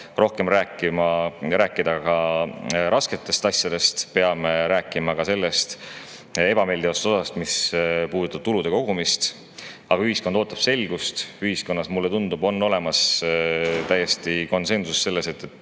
rohkem rääkida ka rasketest asjadest. Peame rääkima ka sellest ebameeldivast asjast, mis puudutab tulude kogumist. Aga ühiskond ootab selgust. Ühiskonnas, mulle tundub, on olemas täiesti konsensus selles,